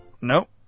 nope